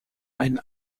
ein